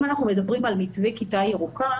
אם אנחנו מדברים על מתווה כיתה ירוקה,